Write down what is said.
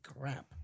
crap